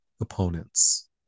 opponents